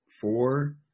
four